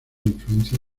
influencia